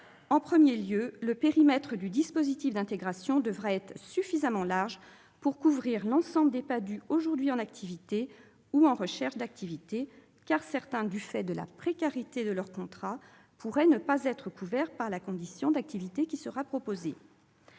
d'abord, le périmètre du dispositif d'intégration devra être suffisamment large pour couvrir l'ensemble des PADHUE aujourd'hui en activité ou en recherche d'activité, car certains, du fait de la précarité de leur contrat, pourraient ne pas être couverts par la condition d'activité qui sera proposée.